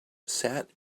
sat